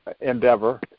endeavor